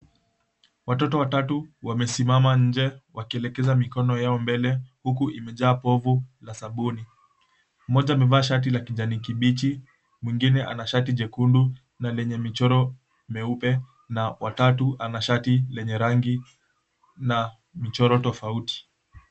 Watoto watatu wamesimama nje wakielekeza mikono yao mbele huku imejaa povu la sabuni. Mmoja amevaa shati la kijani kibichi mwengine, ana shati jekundu na lenye michoro meupe na watatu ana shati lenye rangi na michoro tofauti.